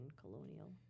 colonial